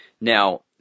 Now